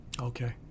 Okay